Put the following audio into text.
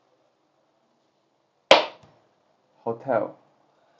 hotel